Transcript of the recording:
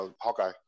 hawkeye